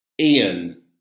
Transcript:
Ian